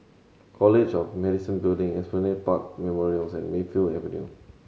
College of Medicine Building Esplanade Park Memorials and Mayfield Avenue